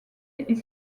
est